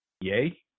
Yay